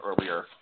earlier